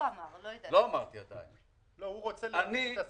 לא שיידון כאן.